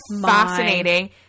fascinating